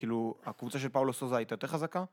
כאילו, הקבוצה של פאולו סוזה הייתה יותר חזקה?